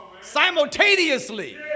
simultaneously